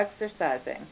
exercising